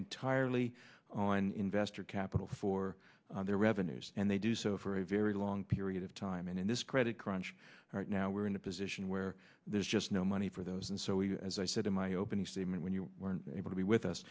entirely on investor capital for their revenues and they do so for a very long period of time and in this credit crunch right now we're in a position where there's just no money for those and so we as i said in my opening statement when you were able to be with us